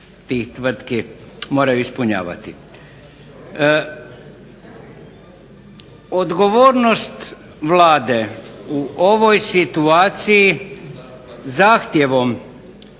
tih tvrtki moraju ispunjavati. Odgovornost Vlade u ovoj situaciji zahtjevom